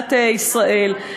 במדינת ישראל.